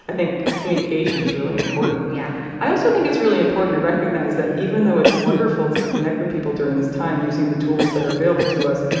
think communication is really important yeah i also think it's really important to recognize that even though it's wonderful to connect with people during this time using the tools that are available to us,